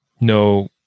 No